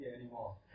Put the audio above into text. anymore